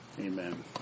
Amen